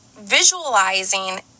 visualizing